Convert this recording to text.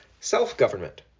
self-government